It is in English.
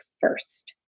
first